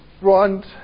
front